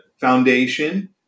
foundation